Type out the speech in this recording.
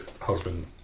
husband